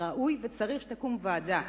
ראוי וצריך שתקום ועדה,